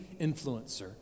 influencer